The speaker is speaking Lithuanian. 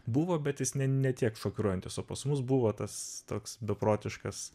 buvo bet jis ne ne tiek šokiruojantis o pas mus buvo tas toks beprotiškas